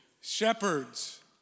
shepherds